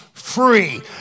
Free